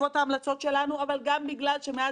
ולא היה בידינו די זמן לדון במידת חיוניותו.